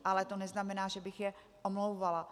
Ale to neznamená, že bych je omlouvala.